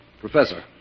Professor